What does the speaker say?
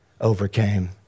overcame